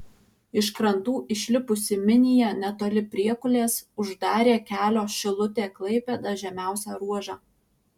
iš krantų išlipusi minija netoli priekulės uždarė kelio šilutė klaipėda žemiausią ruožą